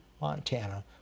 Montana